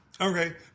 Okay